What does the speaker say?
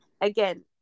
again